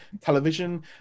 television